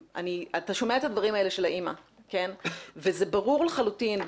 אתה שומע את הדברים האלה של האמא וזה ברור לחלוטין,